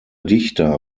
dichter